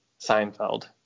Seinfeld